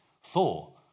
Four